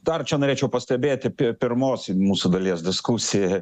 dar čia norėčiau pastebėti prie pirmos mūsų dalies diskusiją